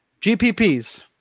GPPs